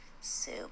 soup